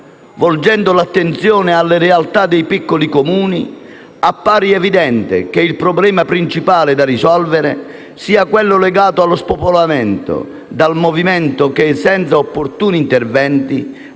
Volgendo l'attenzione alle realtà dei piccoli Comuni, appare evidente che il problema principale da risolvere sia quello legato allo spopolamento, dal momento che, senza opportuni interventi,